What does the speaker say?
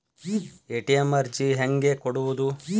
ATM ಅರ್ಜಿ ಹೆಂಗೆ ಕೊಡುವುದು?